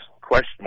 question